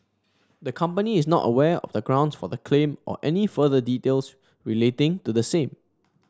the company is not aware of the grounds for the claim or any further details relating to the same